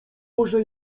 może